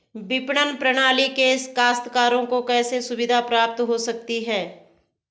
विपणन प्रणाली से काश्तकारों को कैसे सुविधा प्राप्त हो सकती है?